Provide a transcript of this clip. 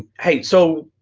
hey, so.